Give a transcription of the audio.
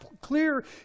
clear